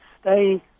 stay